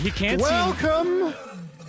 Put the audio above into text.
Welcome